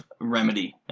Remedy